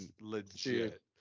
legit